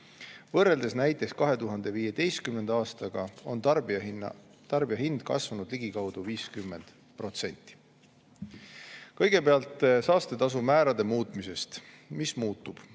Võrreldes näiteks 2015. aastaga on tarbijahinnad aga kasvanud ligikaudu 50%. Kõigepealt saastetasumäärade muutmisest. Mis muutub?